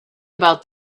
about